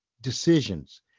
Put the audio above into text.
decisions